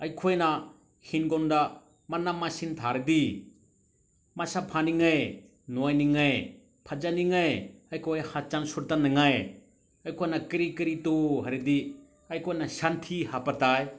ꯑꯩꯈꯣꯏꯅ ꯍꯤꯡꯒꯣꯟꯗ ꯃꯅꯥ ꯃꯁꯤꯡ ꯊꯥꯔꯗꯤ ꯃꯁꯥ ꯐꯅꯤꯡꯉꯥꯏ ꯅꯣꯏꯅꯤꯡꯉꯥꯏ ꯐꯖꯅꯤꯡꯉꯥꯏ ꯑꯩꯈꯣꯏ ꯍꯛꯆꯥꯡ ꯁꯣꯛꯇꯅꯤꯡꯉꯥꯏ ꯑꯩꯈꯣꯏꯅ ꯀꯔꯤ ꯀꯔꯤ ꯇꯧ ꯍꯥꯏꯔꯗꯤ ꯑꯩꯈꯣꯏꯅ ꯁꯟꯊꯤ ꯍꯥꯞꯄ ꯇꯥꯏ